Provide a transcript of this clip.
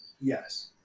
yes